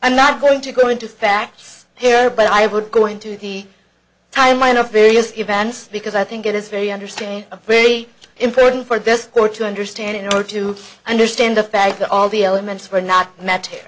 i'm not going to go into facts here but i would go into the timeline of various events because i think it is very understanding a very important for this were to understand in order to understand the fact that all the elements were not met